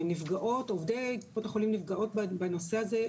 עובדי קופות החולים נפגעות בנושא הזה,